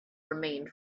remained